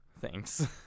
Thanks